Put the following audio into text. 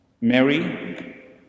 Mary